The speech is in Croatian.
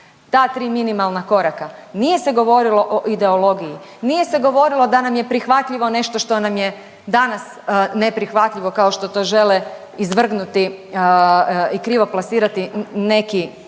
Ta tri minimalna koraka. Nije se govorilo o ideologiji, nije se govorilo da nam je prihvatljivo nešto što nam je danas neprihvatljivo kao što to žele izvrgnuti i krivo plasirati neki saborski